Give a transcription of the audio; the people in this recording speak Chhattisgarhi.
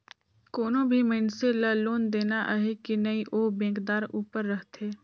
कोनो भी मइनसे ल लोन देना अहे कि नई ओ बेंकदार उपर रहथे